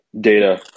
data